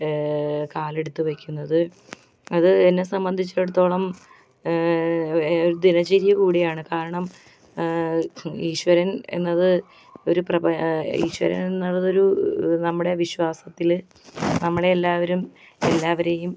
കാലെടുത്ത് വെയ്ക്കുന്നത് അത് എന്നെ സംബന്ധിച്ചിടത്തോളം ദിനചര്യ കൂടിയാണ് കാരണം ഈശ്വരൻ എന്നത് ഒരു പ്രപ ഈശ്വരൻ എന്നത് ഒരു നമ്മുടെ വിശ്വാസത്തിൽ നമ്മളെ എല്ലാവരും എല്ലാവരെയും